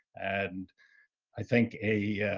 and i think a, yeah